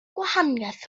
gwahaniaeth